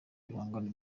ibihangano